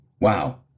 Wow